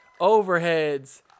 overheads